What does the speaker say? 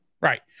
Right